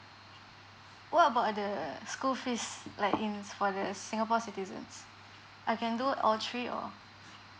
what about the school fees like in s~ for the singapore citizens I can do all three or